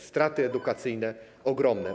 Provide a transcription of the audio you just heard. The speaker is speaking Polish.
Straty edukacyjne - ogromne.